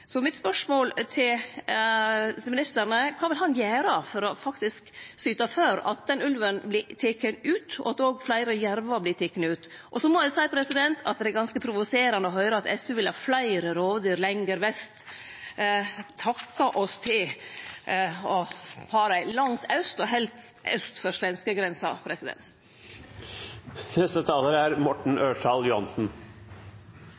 til statsråden er: Kva vil han gjere for faktisk å syte for at denne ulven vert teken ut, og at òg fleire jervar vert tekne ut? Så må eg seie at det er ganske provoserande å høyre at SV vil ha fleire rovdyr lenger vest – takke oss til å ha dei langt aust, og helst aust for svenskegrensa.